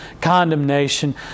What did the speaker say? condemnation